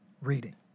reading